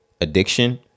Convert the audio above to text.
addiction